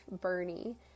Bernie